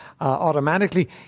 automatically